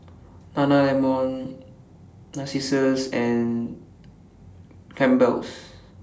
Nana Lemon Narcissus and Campbell's